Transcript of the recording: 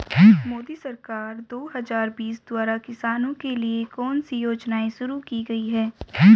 मोदी सरकार दो हज़ार बीस द्वारा किसानों के लिए कौन सी योजनाएं शुरू की गई हैं?